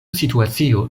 situacio